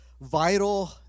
vital